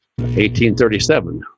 1837